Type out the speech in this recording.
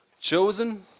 Chosen